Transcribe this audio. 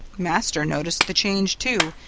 master noticed the change, too,